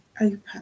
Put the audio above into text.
open